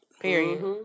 period